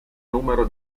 numero